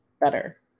better